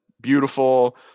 beautiful